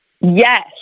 Yes